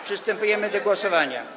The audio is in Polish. Przystępujemy do głosowania.